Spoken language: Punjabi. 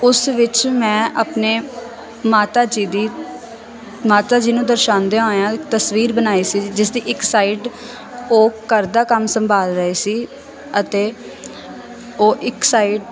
ਉਸ ਵਿੱਚ ਮੈਂ ਆਪਣੇ ਮਾਤਾ ਜੀ ਦੀ ਮਾਤਾ ਜੀ ਨੂੰ ਦਰਸਾਉਂਦਿਆਂ ਹੋਇਆਂ ਤਸਵੀਰ ਬਣਾਈ ਸੀ ਜਿਸ ਦੀ ਇੱਕ ਸਾਈਡ ਉਹ ਘਰ ਦਾ ਕੰਮ ਸੰਭਾਲ ਰਹੇ ਸੀ ਅਤੇ ਉਹ ਇੱਕ ਸਾਈਡ